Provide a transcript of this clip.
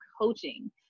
coaching